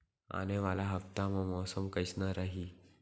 आने वाला हफ्ता मा मौसम कइसना रही?